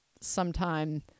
sometime